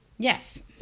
Yes